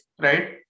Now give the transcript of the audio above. right